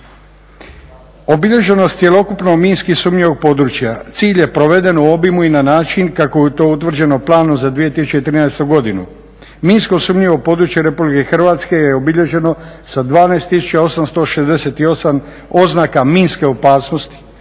Obilježenost cjelokupnog minski sumnjivog područja cilj je proveden u obimu i na način kako je to utvrđenom planom za 2013.godinu. Minsko sumnjivo područje RH je obilježeno sa 12.868 oznaka minske opasnost,